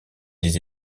des